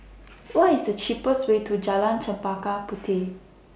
What IS The cheapest Way to Jalan Chempaka Puteh